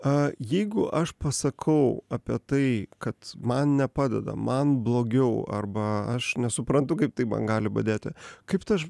jeigu aš pasakau apie tai kad man nepadeda man blogiau arba aš nesuprantu kaip tai man gali padėti kaip tas